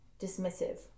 dismissive